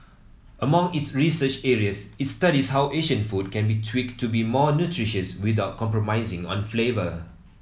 among its research areas it studies how Asian food can be tweaked to be more nutritious without compromising on flavour